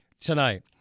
tonight